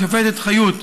השופטת חיות,